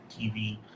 TV